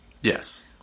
Yes